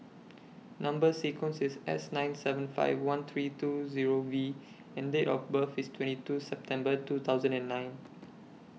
Number sequence IS S nine seven five one three two Zero V and Date of birth IS twenty two September two thousand and nine